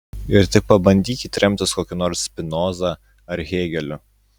ir tik pabandykit remtis kokiu nors spinoza ar hėgeliu